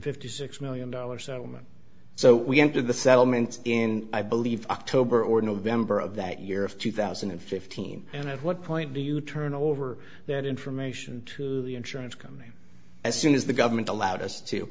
fifty six million dollars settlement so we entered the settlement in i believe october or november of that year of two thousand and fifteen and at what point do you turn over that information to the insurance company as soon as the government allowed us to